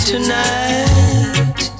Tonight